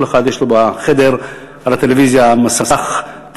כל אחד יש לו בחדר מסך טלוויזיה,